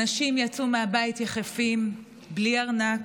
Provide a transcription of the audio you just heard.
אנשים יצאו מהבית יחפים, בלי ארנק,